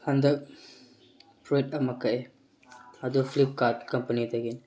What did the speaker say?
ꯍꯟꯗꯛ ꯐꯨꯔꯤꯠ ꯑꯃ ꯀꯛꯑꯦ ꯑꯗꯨ ꯐ꯭ꯂꯤꯞꯀꯥꯔꯠ ꯀꯝꯄꯅꯤꯗꯒꯤꯅꯤ